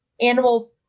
animal